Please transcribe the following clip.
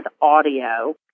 audio